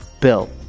built